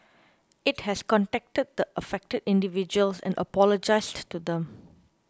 it has contacted the affected individuals and apologised to them